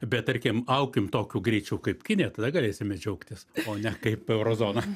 bet tarkim aukim tokiu greičiu kaip kinija tada galėsime džiaugtis o ne kaip euro zona